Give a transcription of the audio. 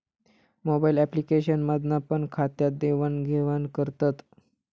mobile application मधना पण खात्यात देवाण घेवान करतत